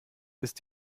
ist